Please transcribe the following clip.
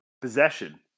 Possession